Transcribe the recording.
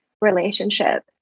relationship